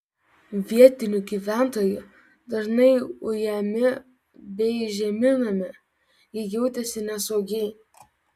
vietinių gyventojų dažnai ujami bei žeminami jie jautėsi nesaugiai